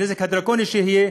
הנזק הדרקוני שיהיה.